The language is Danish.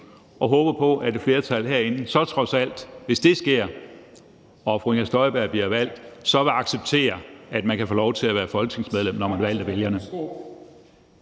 jeg håber på, at et flertal herinde så trods alt, hvis det sker og fru Inger Støjberg bliver valgt, vil acceptere, at man kan få lov til at være folketingsmedlem, når man er valgt af vælgerne.